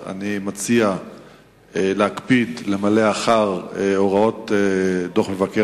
אני מציע להקפיד למלא אחר הוראות דוח מבקר